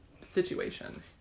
situation